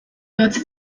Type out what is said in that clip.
idatzi